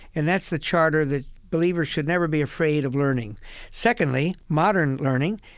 and that's the charter that believers should never be afraid of learning secondly, modern learning,